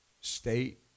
state